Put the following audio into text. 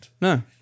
No